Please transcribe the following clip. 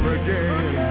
again